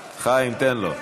חיים, תן לו.